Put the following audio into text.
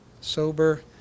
Sober